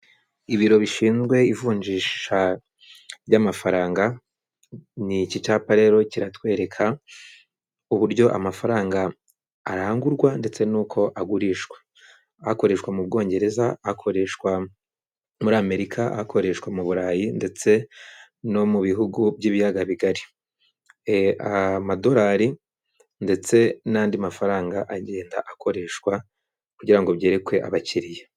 Ibiro bishinzwe ivunjisha ry'amafaranga ni iki cyapa rero kiratwereka uburyo amafaranga arangurwa ndetse n'uko agurishwa, akoreshwa mu Bwongereza, akoreshwa muri Amerika, akoreshwa mu Burayi ndetse no mu bihugu by'ibiyaga bigari amadolari ndetse n'andi mafaranga agenda akoreshwa kugira byerekwe abakiriya.